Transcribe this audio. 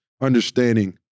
understanding